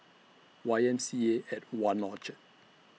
Y M C A At one Orchard